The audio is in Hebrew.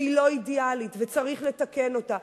שהיא לא אידיאלית וצריך לתקן אותה,